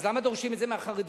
אז למה דורשים את זה מהחרדים?